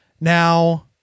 Now